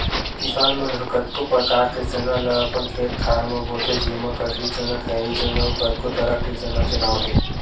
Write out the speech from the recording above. किसान मन ह कतको परकार के चना ल अपन खेत खार म बोथे जेमा कटही चना, खैरी चना अउ कतको तरह के चना के नांव हे